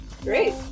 great